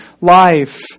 life